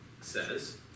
says